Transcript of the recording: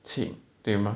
请对吗